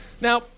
Now